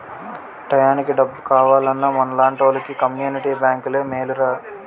టయానికి డబ్బు కావాలన్నా మనలాంటోలికి కమ్మునిటీ బేంకులే మేలురా